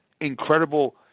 incredible